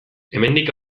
hemendik